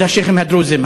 נגד השיח'ים הדרוזים,